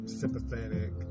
sympathetic